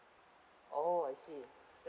oh I see